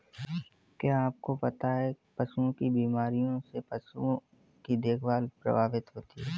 क्या आपको पता है पशुओं की बीमारियों से पशुओं की देखभाल प्रभावित होती है?